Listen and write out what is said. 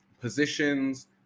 positions